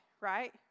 right